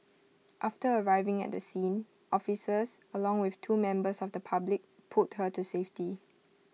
after arriving at the scene officers along with two members of the public pulled her to safety